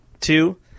two